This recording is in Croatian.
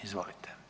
Izvolite.